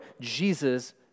Jesus